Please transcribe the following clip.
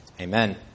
Amen